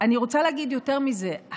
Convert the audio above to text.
אני רוצה להגיד יותר מזה.